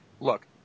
look